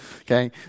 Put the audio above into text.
Okay